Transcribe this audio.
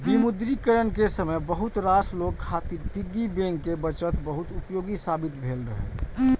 विमुद्रीकरण के समय बहुत रास लोग खातिर पिग्गी बैंक के बचत बहुत उपयोगी साबित भेल रहै